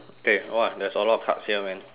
K !wah! there's a lot of cards here man